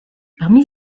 parmi